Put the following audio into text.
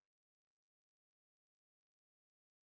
I will ask them to join nursing